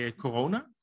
Corona